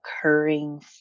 occurring